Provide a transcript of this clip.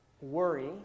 worry